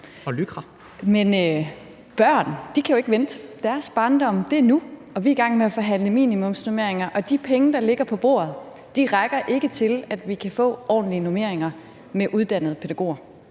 Men børn kan jo ikke vente; deres barndom er nu. Vi er i gang med at forhandle minimumsnormeringer, og de penge, der ligger på bordet, rækker ikke til, at vi kan få ordentlige normeringer med uddannede pædagoger.